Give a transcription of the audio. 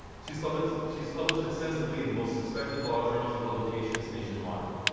she's published she's published extensively in the most respected law journals and publications nationwide.